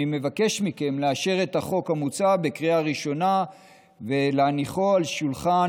אני מבקש מכם לאשר את החוק המוצע בקריאה הראשונה ולהניחו על שולחן